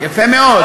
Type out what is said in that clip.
יפה מאוד,